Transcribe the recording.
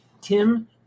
Tim